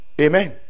Amen